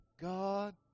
God